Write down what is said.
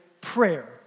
prayer